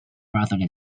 rather